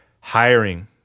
hiring